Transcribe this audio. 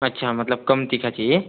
अच्छा मतलब कम तीखा चाहिए